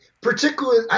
particularly